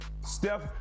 Steph